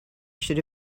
should